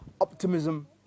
optimism